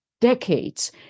decades